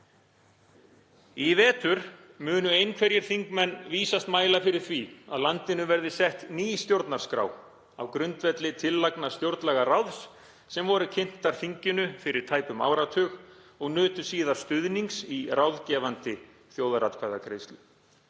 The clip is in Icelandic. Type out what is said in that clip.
Í vetur munu einhverjir þingmenn vísast mæla fyrir því að landinu verði sett ný stjórnarskrá á grundvelli tillagna stjórnlagaráðs sem voru kynntar þinginu fyrir tæpum áratug og nutu síðar stuðnings í ráðgefandi þjóðaratkvæðagreiðslu.